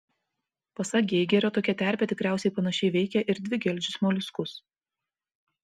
pasak geigerio tokia terpė tikriausiai panašiai veikia ir dvigeldžius moliuskus